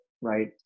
right